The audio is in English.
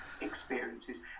experiences